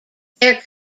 their